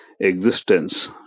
existence